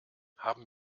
haben